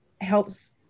helps